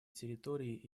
территории